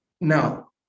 Now